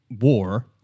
war